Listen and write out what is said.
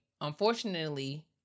unfortunately